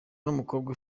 n’umukobwa